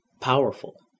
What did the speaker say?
powerful